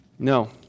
No